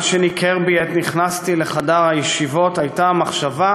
ומה שניקר בי עת נכנסתי לחדר הישיבות היה המחשבה